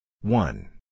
One